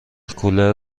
کولر